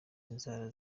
inzara